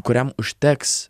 kuriam užteks